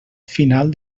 final